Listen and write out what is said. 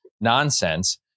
nonsense